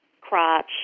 crotch